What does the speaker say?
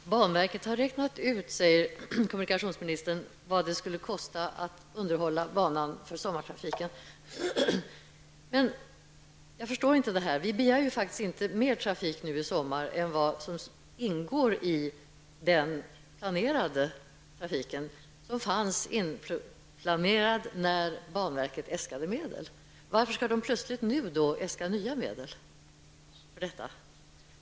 Herr talman! Banverket har räknat ut, säger kommunikationsministern, vad det skulle kosta att underhålla banan för sommartrafiken. Jag förstår inte detta. Vi begär faktiskt inte mera trafik nu i sommar än vad som ingår i den planerade trafiken, den trafik som var inplanerad när banverket äskade medel. Varför skall man nu plötsligt äska nya medel?